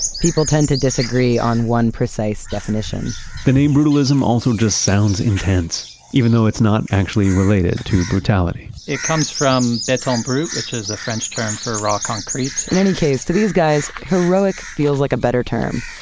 people tend to disagree on one precise definition the name brutalism also just sounds intense even though it's not actually related to brutality it comes from beton um brut, which is a french term for raw concrete in any case to these guys, heroic feels like a better term,